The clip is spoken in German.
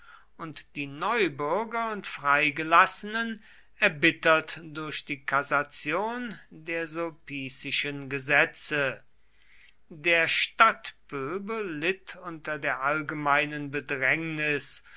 und die neubürger und freigelassenen erbittert durch die kassation der sulpicischen gesetze der stadtpöbel litt unter der allgemeinen bedrängnis